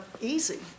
easy